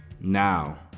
Now